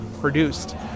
produced